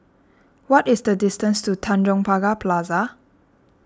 what is the distance to Tanjong Pagar Plaza